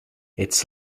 its